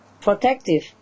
protective